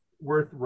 worth